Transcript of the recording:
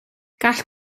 gall